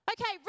Okay